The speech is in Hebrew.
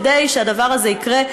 כדי שהדבר הזה יקרה,